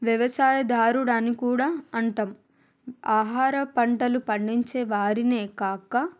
వ్యవసాయదారుడు అని కూడా అంటాం ఆహార పంటలు పండించే వారినే కాక